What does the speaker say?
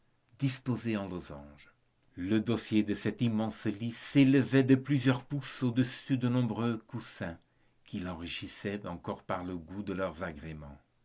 disposées en losanges le dossier de cet immense lit s'élevait de plusieurs pouces au-dessus des nombreux coussins qui l'enrichissaient encore par le goût de leurs agréments